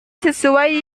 sesuai